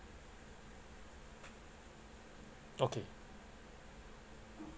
okay